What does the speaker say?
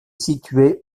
situé